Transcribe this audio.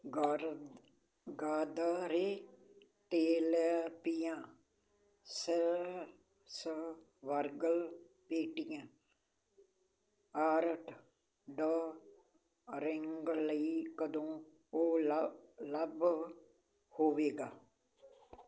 ਗਾਦਰ ਗਾਦਰੀ ਤੇਲਪੀਆ ਸ ਸ਼ ਬਰਗਰ ਪੈਟੀਆਂ ਆਰਡਡਰਿੰਗ ਲਈ ਕਦੋਂ ਉਲੱ ਉਪਲੱਬਧ ਹੋਵੇਗਾ